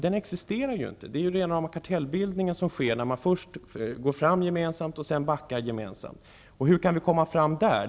Det är rena rama kartellbildningen när man först gemensamt går fram med en prishöjning och sedan gemensamt backar från den. Hur kan vi komma fram där?